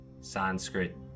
Sanskrit